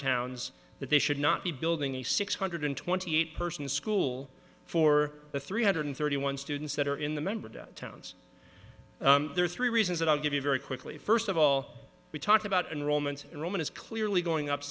towns but they should not be building a six hundred twenty eight person school for the three hundred thirty one students that are in the member towns there are three reasons that i'll give you very quickly first of all we talked about enrollment in roman is clearly